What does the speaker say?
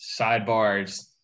Sidebars